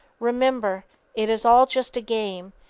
remember it is all just a game,